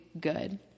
good